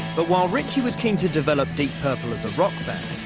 but while ritchie was keen to develop deep purple as a rock band,